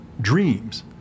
dreams